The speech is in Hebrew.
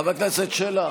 חבר הכנסת שלח,